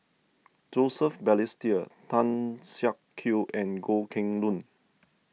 Joseph Balestier Tan Siak Kew and Goh Kheng Long